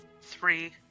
Three